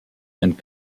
and